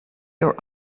your